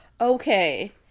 Okay